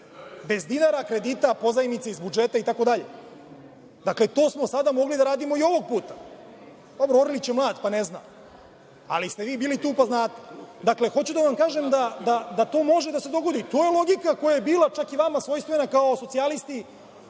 bez dinara kredita, pozajmice iz budžeta itd. To smo sada mogli da radimo i ovog puta. Dobro, Orlić je mlad, pa ne zna, ali ste vi bili tu, pa znate. Hoću da vam kažem da to može da se dogodi. To je logika koja je bila čak i vama svojstvena kao socijalisti